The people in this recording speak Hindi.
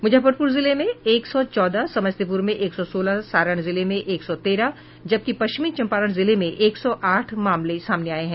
मुजफ्फरपुर जिले में एक सौ चौदह समस्तीपुर में एक सौ सोलह सारण जिले में एक सौ तेरह जबकि पश्चिमी चंपारण जिले में एक सौ आठ मामले सामने आये हैं